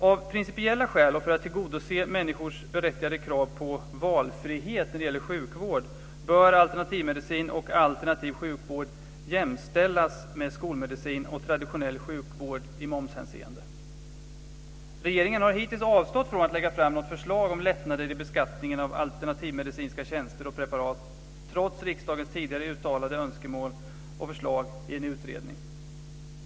Av principiella skäl och för att tillgodose människors berättigade krav på valfrihet när det gäller sjukvård bör alternativmedicin och alternativ sjukvård jämställas med skolmedicin och traditionell sjukvård i momshänseende. Regeringen har hittills avstått från att lägga fram något förslag om lättnader i beskattningen av alternativmedicinska tjänster och preparat trots riksdagens tidigare uttalade önskemål och förslag i en utredning.